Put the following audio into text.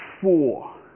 Four